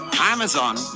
Amazon